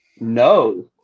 No